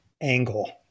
angle